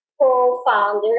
co-founder